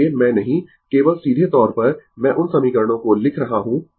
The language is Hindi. इसलिए मैं नहीं केवल सीधे तौर पर मैं उन समीकरणों को लिख रहा हूं